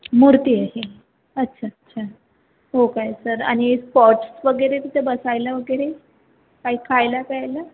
मूर्तीए ती अच्छा अच्छा हो काय सर आणि स्पॉट्स वगैरे तिथे बसायला वगैरे काही खायला प्यायला